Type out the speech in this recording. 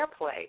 airplay